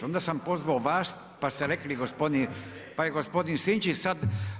Onda sam pozvao vas, pa ste rekli, pa je gospodin Sinčić sad.